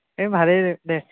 এই ভালেই দে